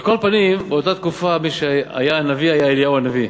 על כל פנים, באותה תקופה היה אליהו הנביא.